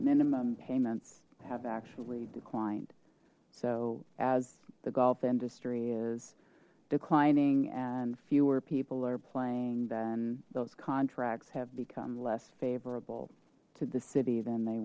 minimum payments have actually declined so as the golf industry is declining and fewer people are playing then those contracts have become less favorable to the city than the